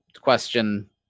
question